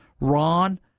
Ron